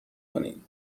کنین